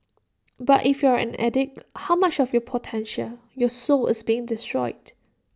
but if you're an addict how much of your potential your soul is being destroyed